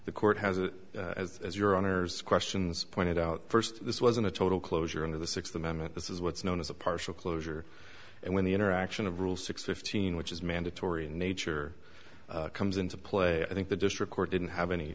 the court has a as your honour's questions pointed out first this wasn't a total closure of the sixth amendment this is what's known as a partial closure and when the interaction of rule six fifteen which is mandatory in nature comes into play i think the district court didn't have any